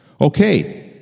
Okay